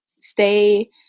stay